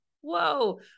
Whoa